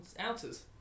Ounces